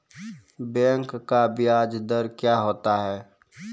Bank का ब्याज दर क्या होता हैं?